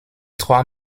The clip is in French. trois